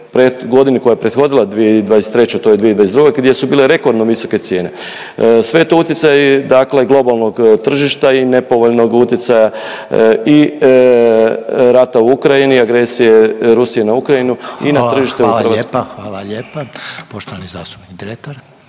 godinu koja je prethodila 2023., to je 2022. gdje su bile rekordno visoke cijene. Sve je to utjecaj dakle globalnog tržišta i nepovoljnog utjecaja i rata u Ukrajini i agresije Rusije na Ukrajinu i na tržište u Hrvatskoj. **Reiner, Željko (HDZ)** Hvala lijepa, hvala lijepa. Poštovani zastupnik Dretar.